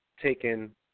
taken